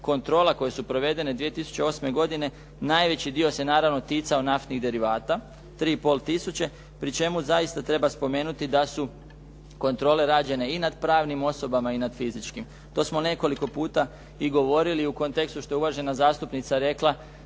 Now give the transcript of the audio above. kontrola koje su provedene 2008. godine, najveći dio se naravno ticao naftnih derivata, 3,5 tisuće, pri čemu zaista treba spomenuti da su kontrole rađene i nad pravnim osobama i nad fizičkim. To smo nekoliko puta i govorili u kontekstu, što je uvažena zastupnica rekla,